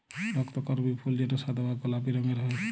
রক্তকরবী ফুল যেটা সাদা বা গোলাপি রঙের হ্যয়